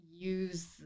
use